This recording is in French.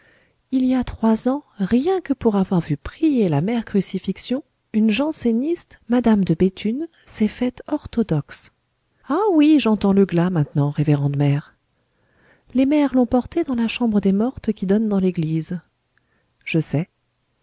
il y a trois ans rien que pour avoir vu prier la mère crucifixion une janséniste madame de béthune s'est faite orthodoxe ah oui j'entends le glas maintenant révérende mère les mères l'ont portée dans la chambre des mortes qui donne dans l'église je sais